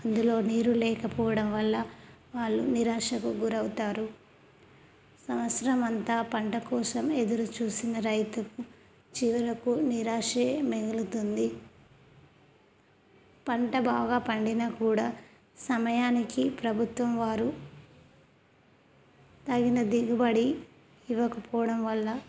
అందులో నీరు లేకపోవడం వల్ల వాళ్ళు నిరాశకు గురవుతారు సంవత్సరమంతా పంట కోసం ఎదురుచూసిన రైతుకు చివరకు నిరాశే మిగులుతుంది పంట బాగా పండినా కూడా సమయానికి ప్రభుత్వం వారు తగిన దిగుబడి ఇవ్వకపోవడం వల్ల